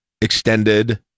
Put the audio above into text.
extended